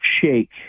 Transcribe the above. shake